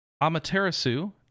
Amaterasu